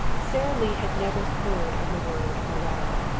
sara lee had never heard of the word morale.